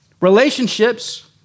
relationships